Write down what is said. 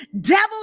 Devil